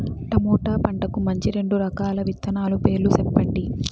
tomato పంటకు మంచి రెండు రకాల విత్తనాల పేర్లు సెప్పండి